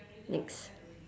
next